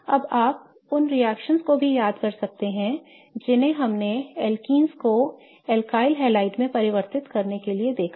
अब आप उन रिएक्शनओं को भी याद कर सकते हैं जिन्हें हमने एल्कीन्स को एल्काइल हैलाइड्स में परिवर्तित करने के लिए देखा है